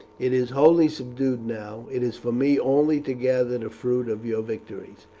it is wholly subdued now. it is for me only to gather the fruit of your victories.